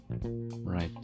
right